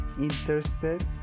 interested